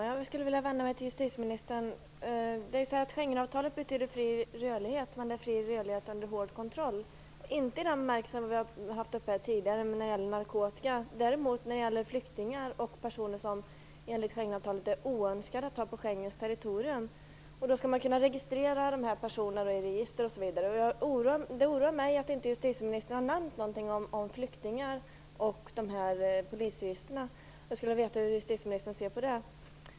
Herr talman! Jag vill vända mig till justitieministern. Schengenavtalet betyder fri rörlighet - men fri rörlighet under hård kontroll. Det gäller inte i den bemärkelse vi talat om tidigare, men det gäller för narkotika. Flyktingar och personer som enligt Schengenavtalat är oönskade inom Schengenterritoriet skall däremot kunna registreras. Det oroar mig att justitieministern inte har nämnt någonting om flyktingarna och om polisregistren. Hur ser justitieministern på detta?